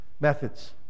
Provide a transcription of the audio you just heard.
methods